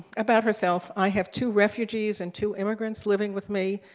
about herself i have two refugees and two immigrants living with me,